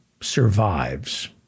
survives